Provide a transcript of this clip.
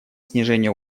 снижения